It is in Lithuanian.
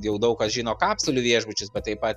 jau daug kas žino kapsulių viešbučius bet taip pat